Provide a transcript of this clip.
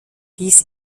dies